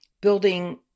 building